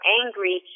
angry